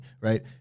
right